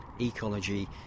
ecology